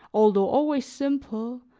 although always simple,